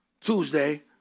Tuesday